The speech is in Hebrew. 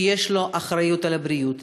שיש לו אחריות על הבריאות,